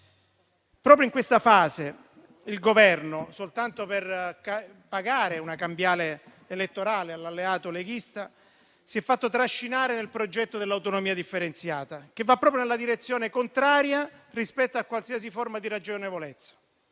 Proprio in questa fase il Governo, soltanto per pagare una cambiale elettorale all'alleato leghista, si è fatto trascinare nel progetto dell'autonomia differenziata, che va proprio in una direzione contraria rispetto a qualsiasi forma di ragionevolezza.